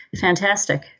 fantastic